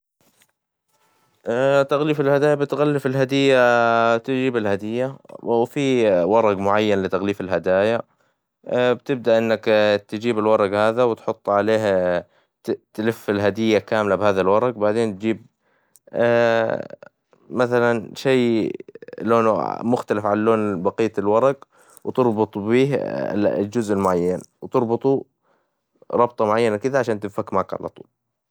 تغليف الهدايا بتغلف الهدية ، تجيب الهدية وفى ورق معين لتغليف الهدايا، بتبدأ إنك تجيب الورق هذا وتحطه عليها ،تلف الهدية كاملة بهذدا الورق وبعدين تجيب ، مثلا شى لونه مختلف عن لون بقية الورق ، وتربط بيه الجزء المعين ، وتربطه ربطة معينة علشان تنفك معاك علطول.